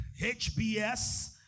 HBS